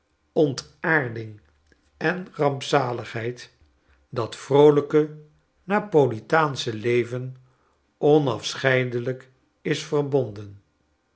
ontaarding en rampzaligheid dat vroolykenapolitaansche leven onafscheidelijk is verbonden